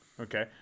Okay